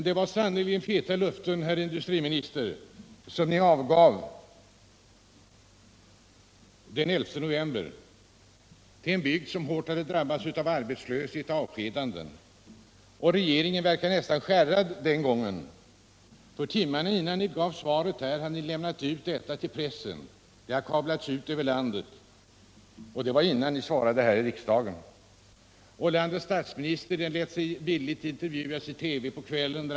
Det var sannerligen feta löften, herr industriminister, som ni avgav den 11 november till en bygd, som hårt drabbats av arbetslöshet och avskedanden. Regeringen verkade nästan skärrad den gången, för timmarna innan ni svarade här i riksdagen hade ni lämnat ut svaret till pressen. Det hade kablats ut över landet. Landets statsminister lät sig villigt intervjuas i TV på kvällen.